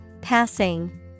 Passing